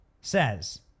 says